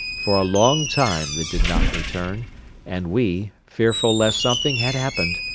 for a long time they did not return and we, fearful lest something had happened,